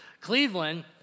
Cleveland